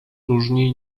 próżni